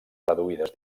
reduïdes